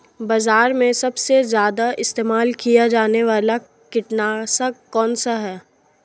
बाज़ार में सबसे ज़्यादा इस्तेमाल किया जाने वाला कीटनाशक कौनसा है?